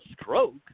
stroke